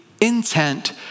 intent